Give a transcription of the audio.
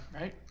right